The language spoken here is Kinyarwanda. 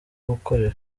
gukorera